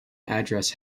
address